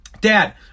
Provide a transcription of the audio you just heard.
Dad